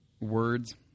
words